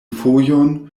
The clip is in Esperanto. fojon